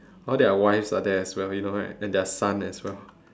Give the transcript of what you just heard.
all their wives are there as well you know right and their son as well